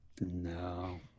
No